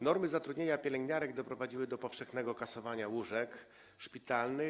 Normy zatrudnienia pielęgniarek doprowadziły do powszechnego kasowania łóżek szpitalnych.